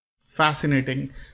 fascinating